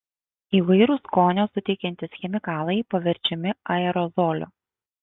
įvairūs skonio suteikiantys chemikalai paverčiami aerozoliu